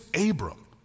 Abram